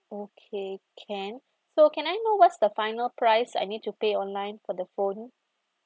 okay can so can I know what's the final price I need to pay online for the phone